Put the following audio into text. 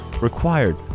required